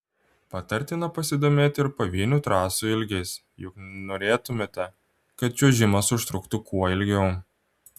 patartina pasidomėti ir pavienių trasų ilgiais juk norėtumėte kad čiuožimas užtruktų kuo ilgiau